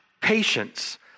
patience